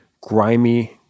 grimy